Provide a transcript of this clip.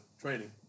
training